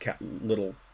little